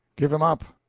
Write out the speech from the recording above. give him up,